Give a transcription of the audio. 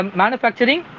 manufacturing